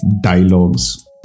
dialogues